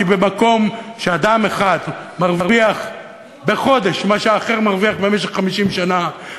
כי במקום שאדם אחד מרוויח בחודש מה שאחר מרוויח במשך 50 שנה,